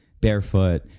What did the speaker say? barefoot